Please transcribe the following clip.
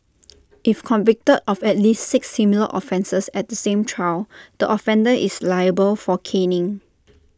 if convicted of at least six similar offences at the same trial the offender is liable for caning